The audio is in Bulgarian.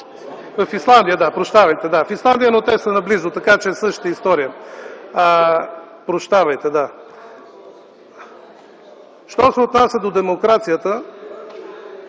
в Исландия беше, прощавайте. В Исландия, но те са наблизо, така че е същата история, прощавайте. Що се отнася до демокрацията